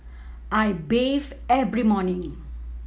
I bathe every morning